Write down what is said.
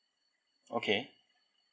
okay